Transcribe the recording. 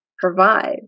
provide